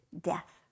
death